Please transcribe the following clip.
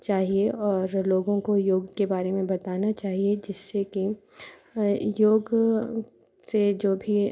चाहिए और लोगों को योग के बारे में बताना चाहिए जिससे कि योग से जो भी